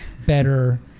better